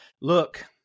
look